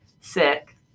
sick